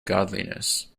godliness